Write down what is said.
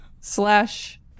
slash